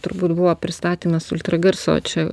turbūt buvo pristatymas ultragarso čia